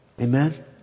Amen